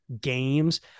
games